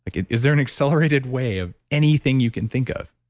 like, is there an accelerated way of anything you can think of?